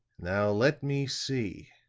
now let me see.